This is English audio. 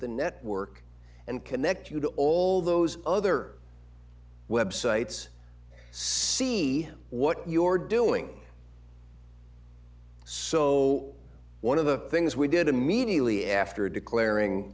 the network and connect you to all those other websites see what you're doing so one of the things we did immediately after declaring